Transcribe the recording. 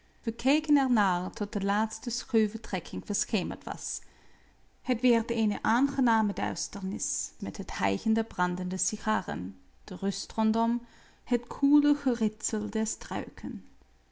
keken er naar tot de laatste schuwe trekking verschemerd was het werd eene aangename duisternis met het hijgen der brandende sigaren de rust rondom het koele geritsel der struiken